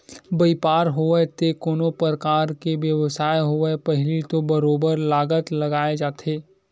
बइपार होवय ते कोनो परकार के बेवसाय होवय पहिली तो बरोबर लागत लगाए जाथे